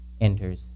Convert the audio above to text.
enters